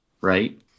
right